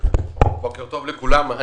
בוקר טוב לכולם.